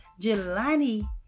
Jelani